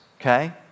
okay